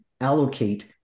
allocate